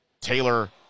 Taylor